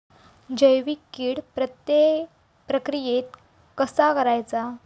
जैविक कीड प्रक्रियेक कसा करायचा?